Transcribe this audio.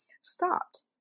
stopped